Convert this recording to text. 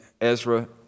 Ezra